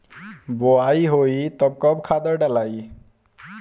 बोआई होई तब कब खादार डालाई?